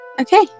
Okay